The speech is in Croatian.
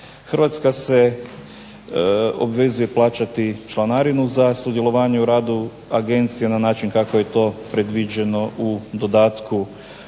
Hrvatska se obvezuje plaćati članarinu za sudjelovanje u radu agencije na način kako je to predviđeno u dodatku